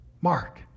Mark